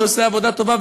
שעושה עבודה טובה,